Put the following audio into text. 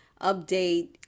update